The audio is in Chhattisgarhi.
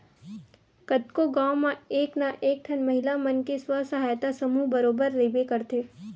कतको गाँव म एक ना एक ठन महिला मन के स्व सहायता समूह बरोबर रहिबे करथे